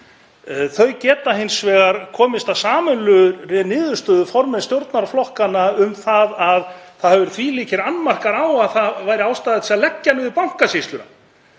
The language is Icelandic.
Þau geta hins vegar komist að sameiginlegri niðurstöðu, formenn stjórnarflokkanna, um að það hafi verið þvílíkir annmarkar á að það væri ástæða til að leggja niður Bankasýsluna.